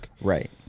Right